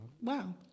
Wow